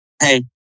hey